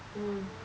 mm